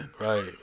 Right